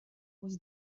was